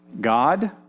God